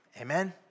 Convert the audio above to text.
Amen